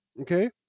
Okay